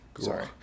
Sorry